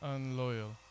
Unloyal